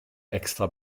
extra